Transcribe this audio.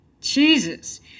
Jesus